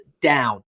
down